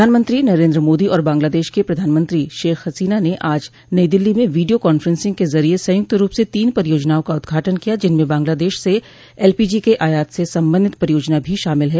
प्रधानमंत्री नरेन्द्र मोदी और बांग्लादेश की प्रधानमंत्री शेख हसीना ने आज नई दिल्ली में वीडियो कांफ्रेंसिंग के जरिये संयुक्त रूप से तीन परियोजनाओं का उद्घाटन किया जिनमें बांग्लादेश से एलपीजी के आयात से संबंधित परियोजना भी शामिल है